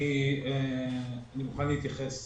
אני אתחיל